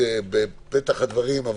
היינו באטמוספרה יותר נעימה אז, אבל